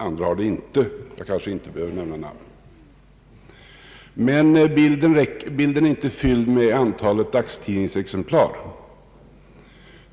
Andra har det inte; jag kanske inte behöver nämna namn. Men bilden är inte fullständig med antalet dagstidningsexemplar.